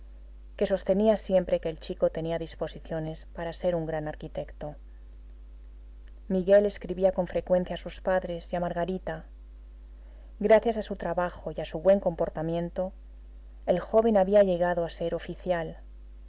que sostenía siempre que el chico tenía disposición para ser un gran arquitecto miguel escribía con frecuencia a sus padres y a margarita gracias a su trabajo y a su buen comportamiento el joven había llegado a ser oficial y